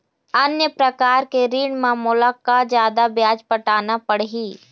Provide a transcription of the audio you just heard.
अन्य प्रकार के ऋण म मोला का जादा ब्याज पटाना पड़ही?